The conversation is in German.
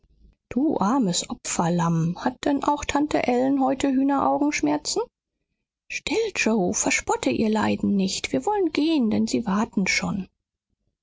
du armes opferlamm hat denn auch tante ellen heute hühneraugenschmerzen still yoe verspotte ihr leiden nicht wir wollen gehen denn sie warten schon